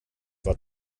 war